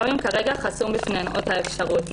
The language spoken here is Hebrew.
גם אם כרגע חסומות בפניהן אותן אפשרויות,